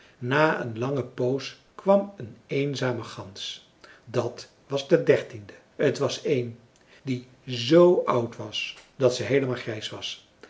na een lange poos kwam een eenzame gans dat was de dertiende t was een die z oud was dat ze heelemaal grijs was